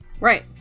Right